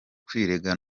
kwirega